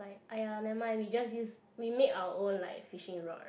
!aiya! never mind we just use we make our own like fishing rod